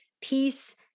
peace